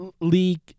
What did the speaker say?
League